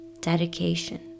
dedication